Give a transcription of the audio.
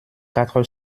quatre